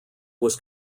was